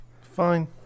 Fine